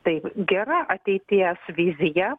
taip gera ateities vizija